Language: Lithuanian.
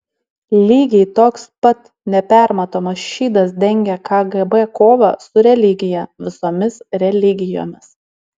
lygiai toks pat nepermatomas šydas dengia kgb kovą su religija visomis religijomis